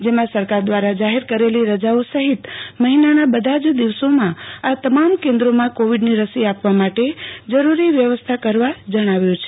જેમાં સરકાર દવારા જાહેર કરેલી રજાઓ સહિત મહિનાના બધા જ દિવસોમાં આ તમામ કેન્દોમાં કોવિડનો રસી આપવા માટે જરૂરી વ્યવસ્થા કરવા જણાવ્યું છે